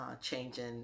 changing